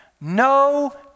No